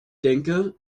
denke